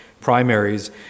primaries